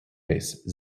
base